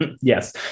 Yes